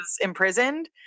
imprisoned